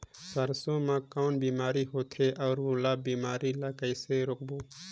सरसो मा कौन बीमारी होथे अउ ओला बीमारी ला कइसे रोकबो?